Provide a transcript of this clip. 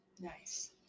Nice